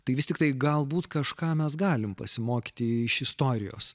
tai vis tiktai galbūt kažką mes galim pasimokyti iš istorijos